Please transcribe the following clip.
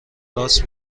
راست